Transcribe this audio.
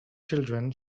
children